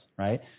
Right